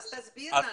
אז תסביר לנו.